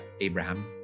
Abraham